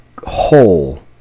whole